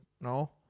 No